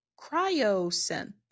CryoSynth